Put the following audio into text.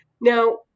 Now